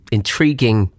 intriguing